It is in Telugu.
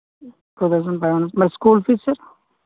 టూ థౌసండ్ ఫైవ్ హండ్రెడ్ మరి స్కూల్ ఫీజ్ సార్